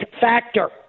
factor